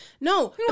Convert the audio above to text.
no